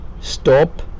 stop